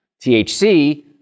THC